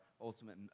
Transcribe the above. ultimate